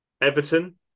Everton